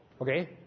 Okay